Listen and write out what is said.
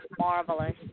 marvelous